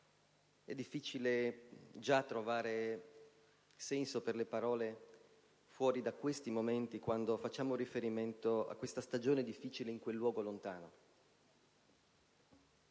È già complicato trovare il senso per le parole fuori da questi momenti, quando facciamo riferimento a questa stagione difficile in quel luogo lontano.